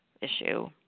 issue